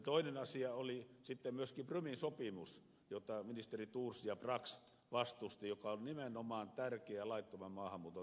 toinen asia oli sitten myöskin prumin sopimus jota ministerit thors ja brax vastustivat joka on nimenomaan tärkeä laittoman maahanmuuton torjunnan kannalta